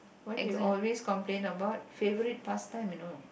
what do you always complain about favourite pastime you know